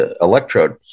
electrode